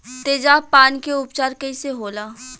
तेजाब पान के उपचार कईसे होला?